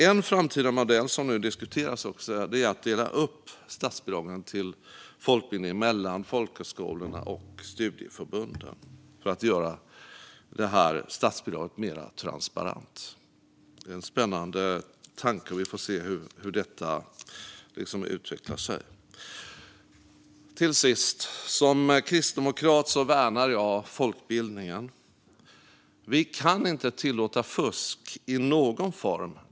En framtida modell som nu diskuteras är att dela upp statsbidragen till folkbildningen mellan folkhögskolorna och studieförbunden för att göra statsbidraget mer transparent. Det är en spännande tanke. Vi får se hur detta utvecklar sig. Som kristdemokrat värnar jag folkbildningen. Vi kan inte tillåta fusk i någon form.